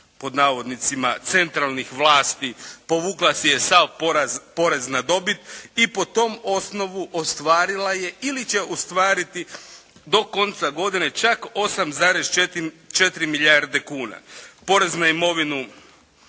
jačanja "centralnih vlasti", povukla si je sav porez na dobit I po tom osnovu ostvarila je ili će ostvariti do konca godine čak 8,4 milijarde kuna, porez na imovinu